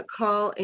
call